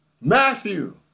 Matthew